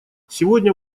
сегодня